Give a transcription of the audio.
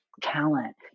talent